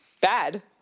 bad